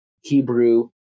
Hebrew